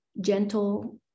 gentle